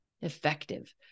effective